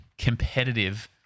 Competitive